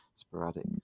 sporadic